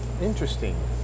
Interesting